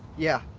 yeah.